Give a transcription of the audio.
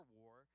war